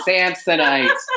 Samsonite